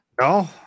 No